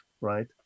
right